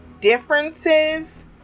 differences